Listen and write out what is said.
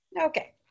Okay